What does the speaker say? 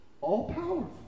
all-powerful